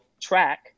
track